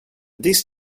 these